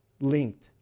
linked